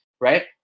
right